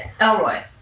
Elroy